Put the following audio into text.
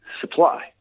supply